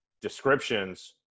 descriptions